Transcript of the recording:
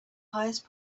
highest